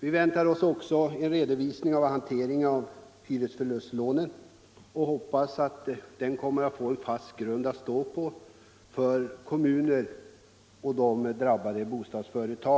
Vi väntar oss också en redovisning av hanteringen av hyresförlustlånen och hoppas att kommunerna och de drabbade bostadsföretagen kommer att få en fast grund att stå på.